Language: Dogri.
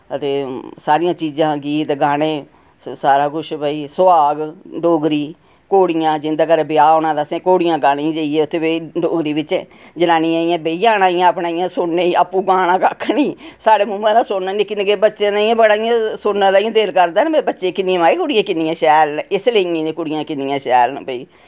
हां ते सारियां चीजां गीत गाने स सारा कुछ भई सुआग डोगरी घोड़ियां जिन्दे घर ब्याह् होना तां असें घोड़ियां गानियां जाइयै उत्थै भई डोगरी बिच जनानियां इ'यां बेही जाना अपना इ'यां सुनने आपूं गाना कक्ख नेईं साढ़े मूहां दा सुनना निक्के निक्के बच्चे दा इयां बड़ा इयां सुनने दा इयां दिल करदा ना वे बच्चे किन्नी माए कुड़ियां किन्नियां शैल इस ले दियां कुड़ियां किन्नी शैल न भई